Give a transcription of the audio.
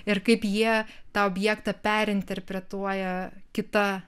ir kaip jie tą objektą perinterpretuoja kita